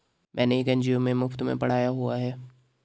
मैंने एक एन.जी.ओ में मुफ़्त में पढ़ाया हुआ है